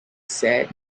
said